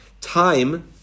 time